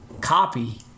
copy